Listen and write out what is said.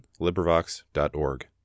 LibriVox.org